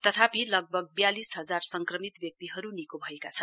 तथापि लगभग ब्यालिस हजार संक्रमित व्यक्तिहरू निको भएका छन्